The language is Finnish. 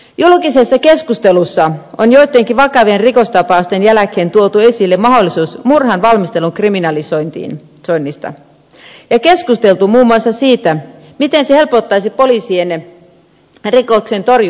julkisessa keskustelussa on joittenkin vakavien rikostapausten jälkeen tuotu esille mahdollisuus murhan valmistelun kriminalisoinnista ja keskusteltu muun muassa siitä miten se helpottaisi poliisien rikosten torjuntaa